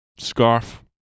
Scarf